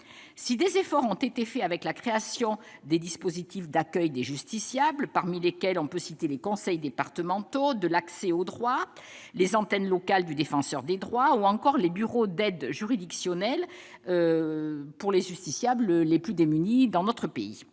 Si des efforts ont été faits avec la création des dispositifs d'accueil des justiciables, parmi lesquels on peut citer les conseils départementaux de l'accès au droit, les antennes locales du Défenseur des droits, ou encore les bureaux d'aide juridictionnelle pour les justiciables les plus démunis dans notre pays,